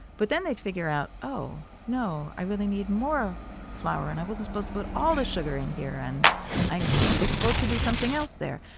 but then they'd figure out, oh, no, i really need more flour and i wasn't supposed to put all the sugar in here, and i was supposed to do something else there.